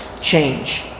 change